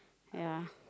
ya